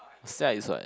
sia is what